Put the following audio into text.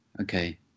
okay